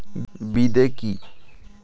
বিদে কি?